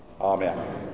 Amen